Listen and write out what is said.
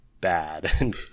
bad